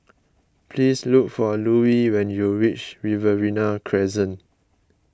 please look for Louie when you reach Riverina Crescent